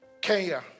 Kenya